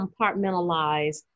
compartmentalize